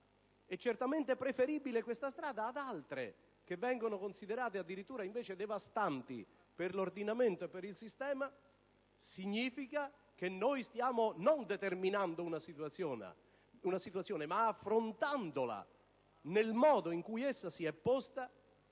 e certamente una strada preferibile ad altre che vengono considerate addirittura invece devastanti per l'ordinamento e per il sistema, significa che non stiamo determinando una situazione, ma affrontando una situazione nel modo in cui essa si è posta